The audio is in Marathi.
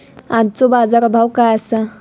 आजचो बाजार भाव काय आसा?